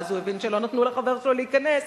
ואז הוא הבין שלא נתנו לחבר שלו להיכנס,